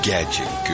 Gadget